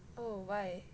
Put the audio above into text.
oh why